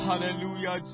Hallelujah